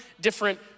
different